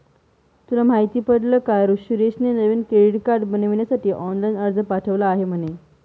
तुला माहित पडल का सुरेशने नवीन क्रेडीट कार्ड बनविण्यासाठी ऑनलाइन अर्ज पाठविला आहे म्हणे